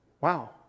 Wow